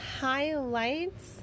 highlights